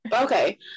Okay